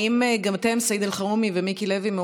סעיד אלחרומי ומיקי לוי,